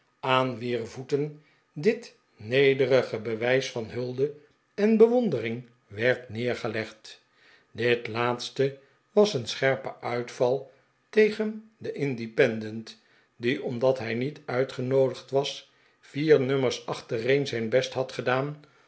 aan wier voeten dit nederige bewijs van hulde en be wondering werd neergelegd dit laatste was een scherpe uitval tegen den independent die omdat hij niet uitgenoodigd was vier nummers achtereen zijn best had gedaan